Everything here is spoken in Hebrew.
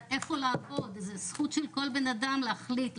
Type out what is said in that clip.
איפה לעבוד, זאת זכות של כל בן אדם להחליט.